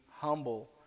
humble